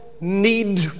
need